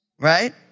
Right